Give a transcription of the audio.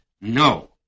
No